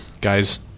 guys